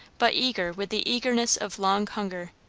but eager with the eagerness of long hunger.